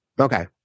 Okay